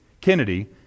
Kennedy